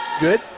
good